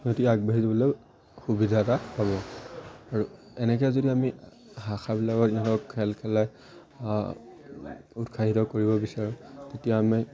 সিহঁতি আগবাঢ়ি যাবলৈ সুবিধা এটা পাব আৰু এনেকৈ যদি আমি শাখাবিলাকৰ সিহঁতক খেল খেলাই উৎসাহিত কৰিব বিচাৰোঁ তেতিয়া আমি